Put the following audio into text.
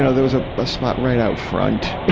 so there was ah a spot right out front.